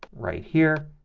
right here,